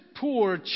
poor